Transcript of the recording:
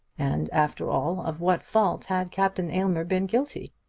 and, after all, of what fault had captain aylmer been guilty?